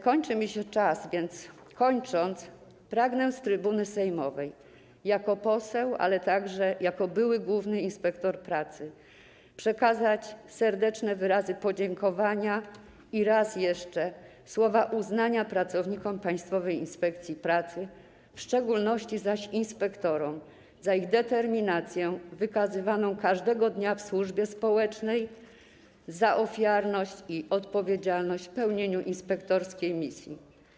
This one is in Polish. Kończy mi się czas, więc na koniec pragnę z trybuny sejmowej jako poseł, ale także jako były główny inspektor pracy przekazać serdeczne wyrazy podziękowania i raz jeszcze słowa uznania pracownikom Państwowej Inspekcji Pracy, w szczególności inspektorom, za ich determinację wykazywaną każdego dnia w służbie społecznej, za ofiarność i odpowiedzialność w pełnieniu inspektorskiej misji.